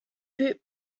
boot